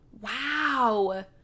wow